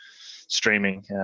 streaming